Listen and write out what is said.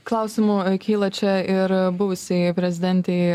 klausimų kyla čia ir buvusiai prezidentei